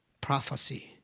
prophecy